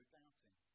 doubting